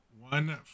one